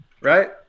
right